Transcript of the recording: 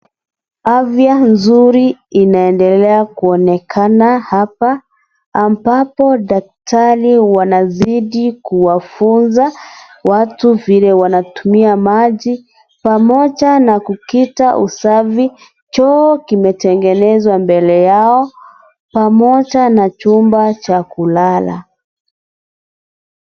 Afya nzuri inaendelea kuonekana hapa ambapo daktari wanazidi kuwafunza watu vile wanatumia maji. Pamoja na kukita usafi, choo kimetengenezwa mbele yao pamoja na chumba cha kulala.